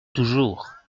toujours